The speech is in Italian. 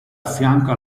affianco